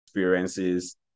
experiences